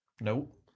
Nope